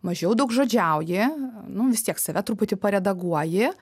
mažiau daugžodžiauji nu vis tiek save truputį paredaguoji